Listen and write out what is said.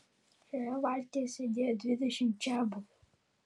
šioje valtyje sėdėjo dvidešimt čiabuvių